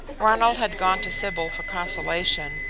ronald had gone to sybil for consolation,